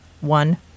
one